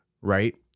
right